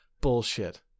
Bullshit